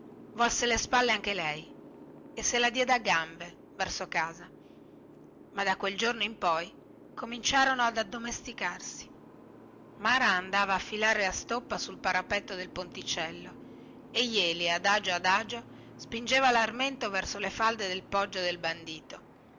volse le spalle anche lei e se la diede a gambe verso casa ma da quel giorno in poi cominciarono ad addomesticarsi mara andava a filare la stoppa sul parapetto del ponticello e jeli adagio adagio spingeva larmento verso le falde del poggio del bandito